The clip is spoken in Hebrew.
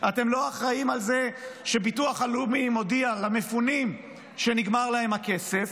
אתם לא אחראים על זה שהביטוח הלאומי מודיע למפונים שנגמר להם הכסף.